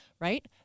Right